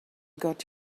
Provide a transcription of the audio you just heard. got